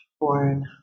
born